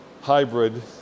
hybrid